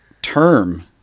term